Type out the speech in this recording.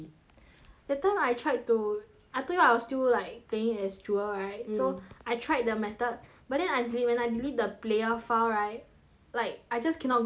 that time I tried to I told you I was still like playing as jewel right mm so I tried the method but then I when I delete the player file right like I just cannot go back into the world eh